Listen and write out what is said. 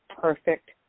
perfect